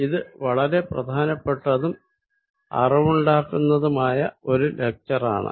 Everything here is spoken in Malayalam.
ഇത് വളരെ പ്രധാനപ്പെട്ടതും അറിവുണ്ടാക്കുന്നതുമായ ഒരു ലെക്ച്ചറാണ്